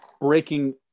breaking